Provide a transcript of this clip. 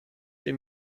sie